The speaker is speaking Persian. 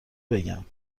بگم